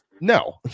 no